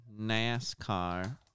NASCAR